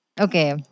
Okay